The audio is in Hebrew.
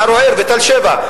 ערוער ותל-שבע,